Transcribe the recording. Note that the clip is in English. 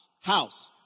house